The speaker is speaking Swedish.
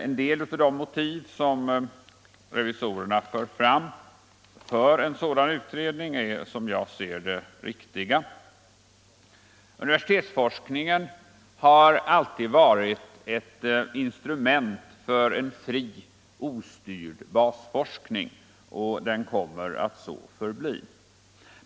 En del av de motiv som revisorerna fört fram för en sådan utredning är, som jag ser det, riktiga. Universitetsforskningen har alltid varit ett instrument för en fri, ostyrd basforskning, och den kommer att så förbli.